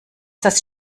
das